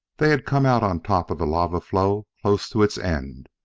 they had come out on top of the lava-flow, close to its end.